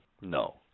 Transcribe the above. No